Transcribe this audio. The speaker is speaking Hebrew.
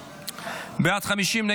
50,